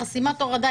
יש חסימת הורדה?